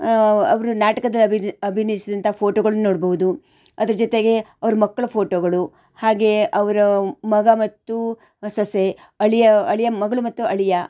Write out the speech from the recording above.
ಅವ್ರು ನಾಟಕದ ಅಭಿನ ಅಭಿನಯ್ಸ್ದಂಥ ಫೋಟೋಗಳನ್ ನೋಡ್ಬೌದು ಅದ್ರ ಜೊತೆಗೆ ಅವ್ರ ಮಕ್ಳ ಫೋಟೋಗಳು ಹಾಗೇ ಅವರ ಮಗ ಮತ್ತು ಸೊಸೆ ಅಳಿಯ ಅಳಿಯ ಮಗಳು ಮತ್ತು ಅಳಿಯ